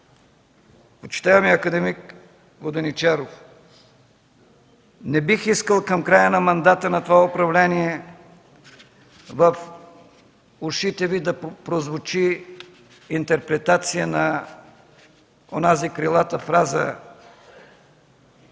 Почитаеми акад. Воденичаров, не бих искал към края на мандата на това управление в ушите Ви да прозвучи интерпретация на онази крилата фраза